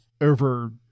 over